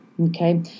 okay